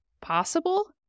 possible